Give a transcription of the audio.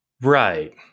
right